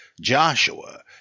Joshua